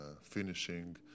finishing